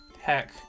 heck